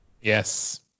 yes